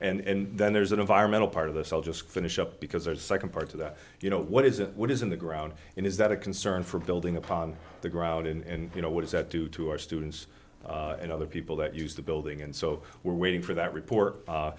well and then there's an environmental part of this i'll just finish up because there's a second part to that you know what is it what is in the ground and is that a concern for building upon the ground in you know what does that do to our students and other people that use the building and so we're waiting for that report